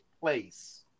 place